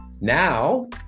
now